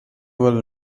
will